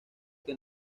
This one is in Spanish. que